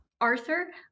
Arthur